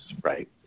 right